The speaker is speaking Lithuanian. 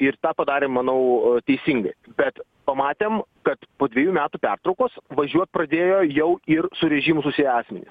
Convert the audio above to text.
ir tą padarė manau teisingai bet pamatėm kad po dviejų metų pertraukos važiuot pradėjo jau ir su režimu susiję asmenys